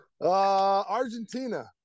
Argentina